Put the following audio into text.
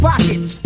Pockets